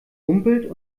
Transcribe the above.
rumpelt